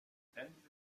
trennte